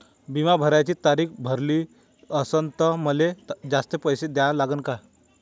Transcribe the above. बिमा भराची तारीख भरली असनं त मले जास्तचे पैसे द्या लागन का?